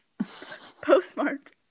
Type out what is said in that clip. postmarked